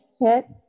hit